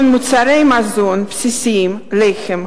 מוצרי מזון בסיסיים כגון לחם,